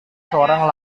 seorang